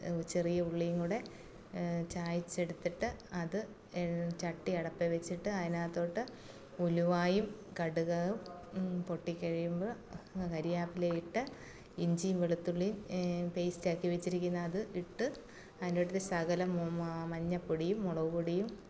ചെറിയ ഉള്ളിയും കൂടെ ചായിച്ച് എടുത്തിട്ട് അത് ചട്ടി അടുപ്പിൽ വച്ചിട്ട് അതിനകത്തോട്ട് ഉലുവയും കടുകും പൊട്ടിക്കഴിയുമ്പോൾ കറിവേപ്പില ഇട്ട് ഇഞ്ചിയും വെളുത്തുള്ളിയും പേസ്റ്റ് ആക്കി വച്ചിരിക്കുന്ന അത് ഇട്ട് അതിൻ്റെടുത്ത് ശകലം മഞ്ഞൾ പൊടിയും മുളക് പൊടിയും